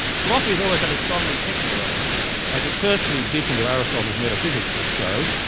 philosophy has always had a strongly technical element as a cursory dip into aristotle's metaphysics will show,